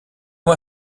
moi